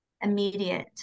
immediate